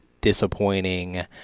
disappointing